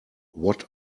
what